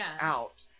out